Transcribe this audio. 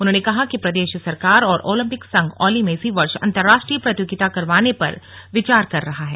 उन्होंने कहा कि प्रदेश सरकार और ओलंपिक संघ औली में इसी वर्ष अंतरराष्ट्रीय प्रतियोगिता करवाने पर विचार कर रहा है